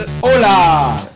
¡Hola